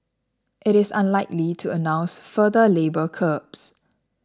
it is unlikely to announce further labour curbs